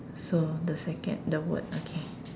so the second the word okay